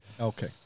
Okay